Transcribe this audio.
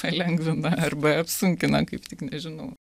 palengvina arba apsunkina kaip tik nežinau